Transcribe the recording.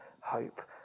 hope